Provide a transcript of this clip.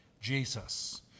Jesus